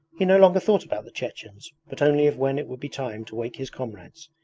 he no longer thought about the chechens but only of when it would be time to wake his comrades,